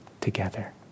together